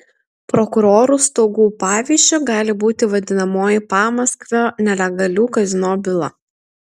prokurorų stogų pavyzdžiu gali būti vadinamoji pamaskvio nelegalių kazino byla